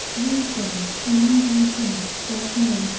wednesday, may nineteenth, twelve noon.